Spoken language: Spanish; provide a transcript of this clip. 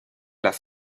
las